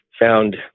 found